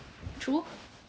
true